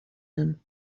him